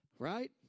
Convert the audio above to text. Right